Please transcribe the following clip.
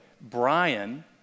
Brian